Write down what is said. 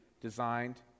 designed